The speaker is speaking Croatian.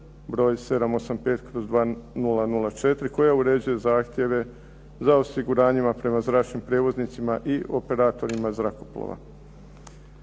broj 785/2004. koja uređuje zahtjeva za osiguranjima prema zračnim prijevoznicima i operatorima zrakoplova.